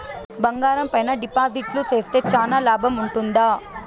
బంగారం పైన డిపాజిట్లు సేస్తే చానా లాభం ఉంటుందా?